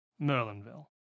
Merlinville